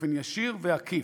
באופן ישיר ועקיף.